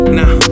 now